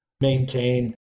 maintain